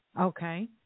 Okay